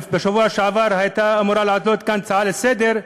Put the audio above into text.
בשבוע שעבר הייתה אמורה לעלות כאן הצעה לסדר-היום,